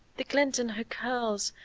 the glint in her curls,